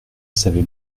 savait